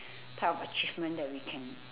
type of achievement that we can